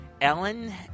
Ellen